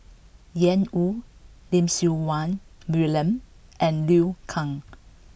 Ian Woo Lim Siew Wai William and Liu Kang